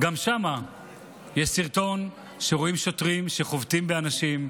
וגם שם יש סרטון שרואים שוטרים שחובטים באנשים,